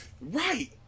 Right